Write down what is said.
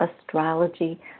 astrology